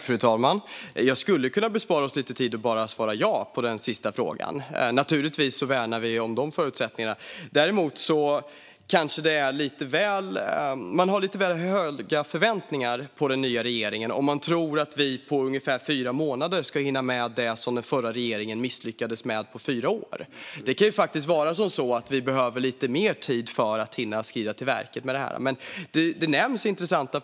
Fru talman! Jag skulle kunna spara tid och bara svara ja på frågan. Givetvis värnar vi om dessa. Men man har kanske lite väl höga förväntningar på regeringen om man tror att den på ungefär fyra månader ska ha hunnit med det förra regeringen misslyckades med på fyra år. Vi kan behöva lite mer tid för att kunna skrida till verket, men förslagen är intressanta.